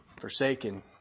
Forsaken